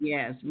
Yes